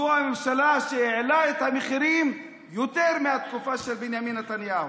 זו הממשלה שהעלתה את המחירים יותר מבתקופה של בנימין נתניהו.